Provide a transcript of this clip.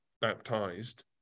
baptized